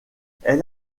elle